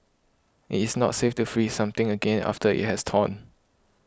it is not safe to freeze something again after it has thawed